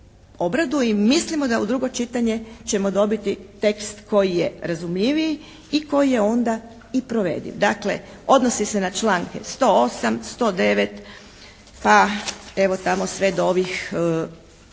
i mislimo da u drugo čitanje ćemo dobiti tekst koji je razumljiviji i koji je onda i provediv. Dakle, odnosi se na članke 108., 109. …/Govornik se ne